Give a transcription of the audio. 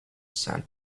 sand